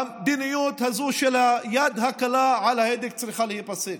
המדיניות הזאת של היד הקלה על ההדק צריכה להיפסק.